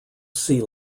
sea